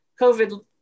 COVID